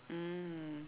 mm